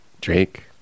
Drake